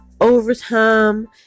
overtime